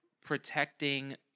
protecting